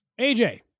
AJ